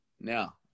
Now